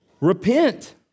repent